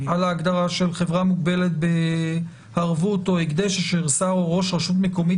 על ההגדרה של חברה מוגבלת בערבות או הקדש אשר שר או ראש רשות מקומית